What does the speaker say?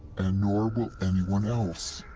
and nor will anyone else.